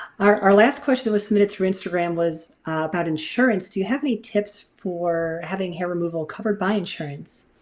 our our last question was submitted through instagram was about insurance. do you have any tips for having hair removal covered by insurance?